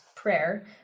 prayer